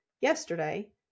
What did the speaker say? yesterday